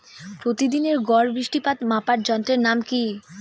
প্রতিদিনের গড় বৃষ্টিপাত মাপার যন্ত্রের নাম কি?